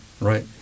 right